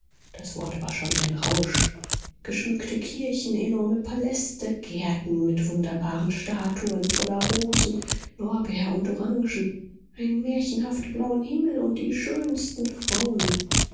das wort war schon ein rausch geschmückte kirchen enorme paläste gärten mit wunderbaren statuen voller rosen lorbeer und orangen einen märchenhaft blauen himmel und die schönsten frauen